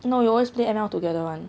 no we always play M_L together [one]